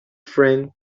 friend